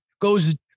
goes